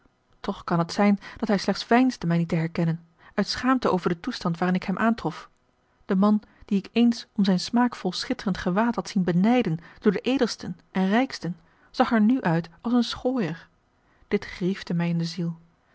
toch kan het zijn dat hij slechts veinsde mij niet te herkennen uit schaamte over den toestand waarin ik hem aantrof de man dien ik eens om zijn smaakvol schitterend gewaad had zien benijden door de edelsten en rijksten zag er nu uit als een schooier dit griefde mij in de ziel